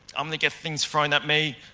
i'm going to get things thrown at me,